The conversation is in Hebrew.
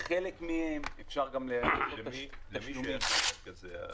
בחלק מהם אפשר גם --- למי שייכים מרכזי המסירה?